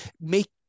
make